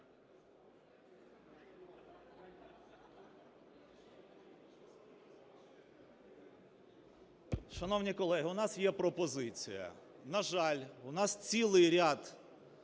Шановні колеги, у нас є пропозиція. На жаль, у нас цілий ряд